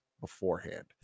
beforehand